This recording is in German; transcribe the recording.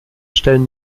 stellen